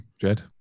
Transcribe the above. Jed